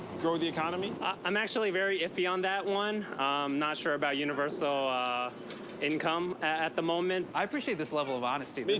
grow the economy? i'm actually very iffy on that one. i'm not sure about universal ah income at the moment. i appreciate this level of honesty.